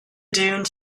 dune